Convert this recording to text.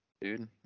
dude